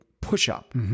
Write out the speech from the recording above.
push-up